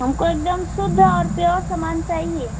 हमको एकदम शुद्ध और प्योर समान चाहिए